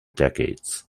decades